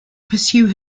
pursue